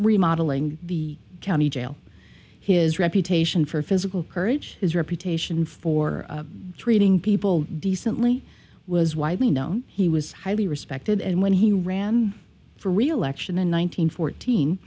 remodelling the county jail his reputation for physical courage his reputation for treating people decently was widely known he was highly respected and when he ran for reelection in one nine hundred fourteen